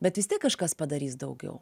bet vis tiek kažkas padarys daugiau